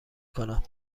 کنم